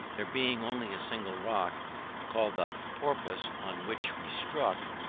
there being only a single rock called the porpus on which we struck,